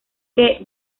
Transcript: que